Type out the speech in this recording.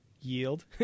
yield